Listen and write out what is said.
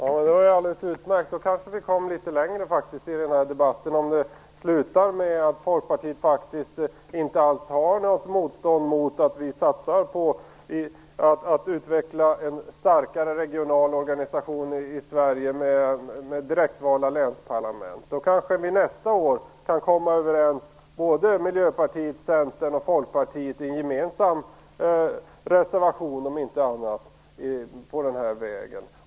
Fru talman! Det var alldeles utmärkt. Vi kom kanske litet längre i debatten om det slutar med att Folkpartiet inte alls har något motstånd mot att vi satsar på att utveckla en starkare regional organisation i Sverige med direktvalda länsparlament. Då kan kanske Miljöpartiet, Centern och Folkpartiet nästa år komma överens om en gemensam reservation i den här frågan.